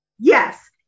Yes